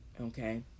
okay